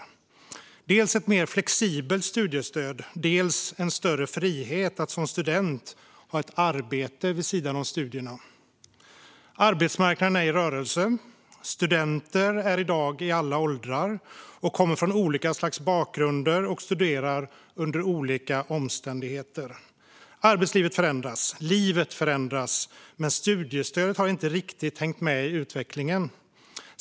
Det handlar dels om ett mer flexibelt studiestöd, dels om en större frihet att som student ha ett arbete vid sidan av studierna. Arbetsmarknaden är i rörelse. Studenter är i dag i alla åldrar och kommer från olika slags bakgrund och studerar under olika omständigheter. Arbetslivet förändras. Livet förändras, men studiestöd har inte riktigt hängt med i utvecklingen.